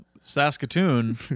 saskatoon